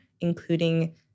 including